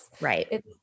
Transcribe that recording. Right